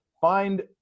find